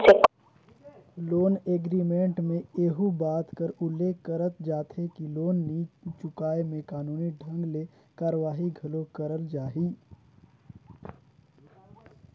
loan agreement में एहू बात कर उल्लेख करल जाथे कि लोन नी चुकाय में कानूनी ढंग ले कारवाही घलो करल जाही